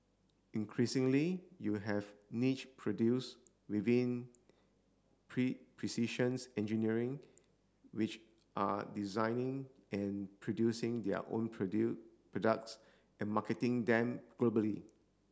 increasingly you have niche produced within precision's engineering which are designing and producing their own products and marketing them globally